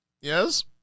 yes